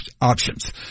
options